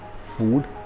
food